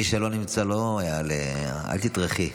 מי שלא נמצא לא יעלה, אל תטרחי.